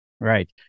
right